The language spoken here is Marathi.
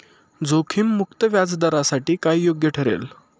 जोखीम मुक्त व्याजदरासाठी काय योग्य ठरेल?